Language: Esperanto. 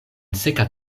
seka